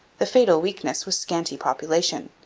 the fatal weakness was scanty population.